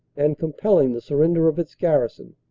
and compelling the surrender of its garrison,